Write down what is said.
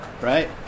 Right